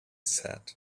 said